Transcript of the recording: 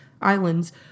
islands